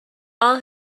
all